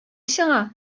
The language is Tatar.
сиңа